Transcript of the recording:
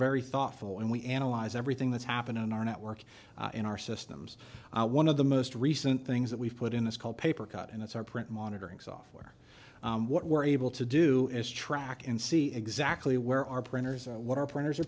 very thoughtful and we analyze everything that's happened on our network in our systems one of the most recent things that we've put in this called paper cut and it's our print monitoring software what we're able to do is track and see exactly where our printers are what our printers are